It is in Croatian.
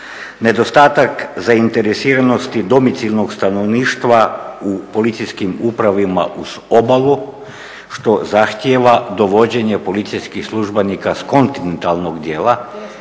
Nedostatak zainteresiranosti … stanovništva u policijskim upravama uz obalu što zahtjeva dovođenje policijskih službenika s kontinentalnog dijela